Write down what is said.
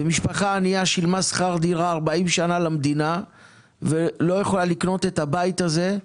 משפחה ענייה שילמה שכר דירה 40 שנה למדינה ולא יכולה לקנות את הבית הזה.